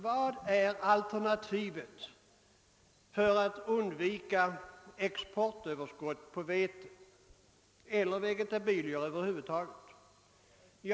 Vilket är alternativet för att undvika ett exportöverskott på vete eller vegetabilier över huvud taget?